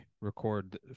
record